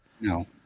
No